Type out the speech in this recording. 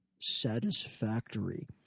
satisfactory